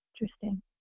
Interesting